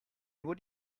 nur